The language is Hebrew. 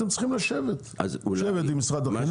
אתם צריכים לשבת עם משרד החינוך,